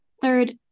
Third